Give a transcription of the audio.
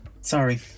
Sorry